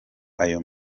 ayo